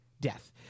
death